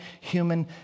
human